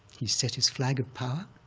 he's set his flag of power,